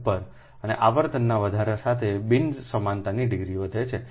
અને આવર્તનના વધારા સાથે બિન સમાનતાની ડિગ્રી વધે છે